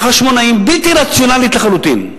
החשמונאים, בלתי רציונלית לחלוטין,